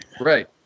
right